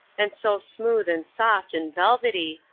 and so smooth and soft and velvety,